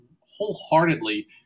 wholeheartedly